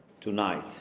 tonight